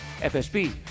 FSB